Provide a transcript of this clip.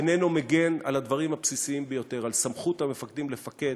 איננו מגן על הדברים הבסיסיים ביותר: על סמכות המפקדים לפקד,